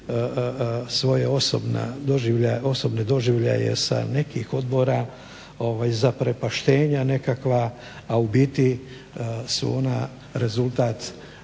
svoje osobne doživljaje jer sa nekih odbora zaprepaštenja nekakva a u biti su ona rezultat